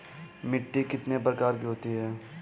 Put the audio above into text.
मिट्टी कितने प्रकार की होती हैं?